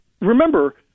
remember